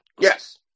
Yes